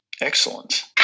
Excellent